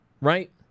right